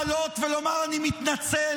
במקום לעלות ולומר: אני מתנצל,